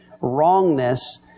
wrongness